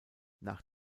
nach